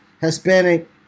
Hispanic